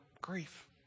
grief